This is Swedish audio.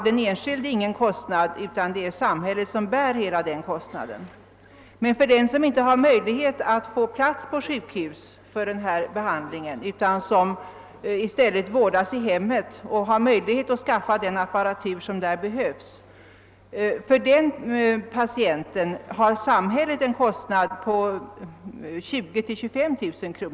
Den enskilde vidkänns då ingen utgift, utan samhället bär hela kostnaden. För den patient, som inte kan få plats på sjukhus för denna behandling utan i stället vårdas i hemmet och har möjlighet att skaffa den apparatur som där behövs, har samhället en kostnad på 20 000— 25 000 kronor.